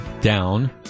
down